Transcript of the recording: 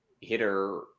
hitter